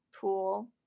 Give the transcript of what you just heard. pool